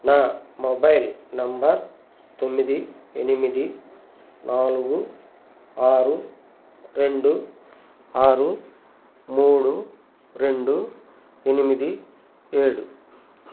నా mobile number తొమ్మిది ఎనిమిది నాలుగు ఆరు రెండు ఆరు మూడు రెండు ఎనిమిది ఏడు